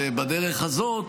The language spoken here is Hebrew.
ובדרך הזאת